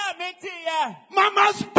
mama's